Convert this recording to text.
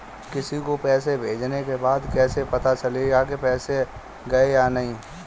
किसी को पैसे भेजने के बाद कैसे पता चलेगा कि पैसे गए या नहीं?